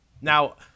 now